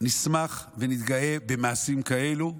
נשמח ונתגאה במעשים כאלה,